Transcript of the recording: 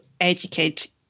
educate